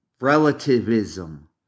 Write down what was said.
Relativism